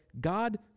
God